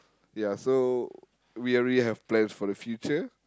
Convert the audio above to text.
ya so we already have plans for the future